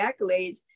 accolades